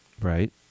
Right